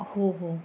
हो हो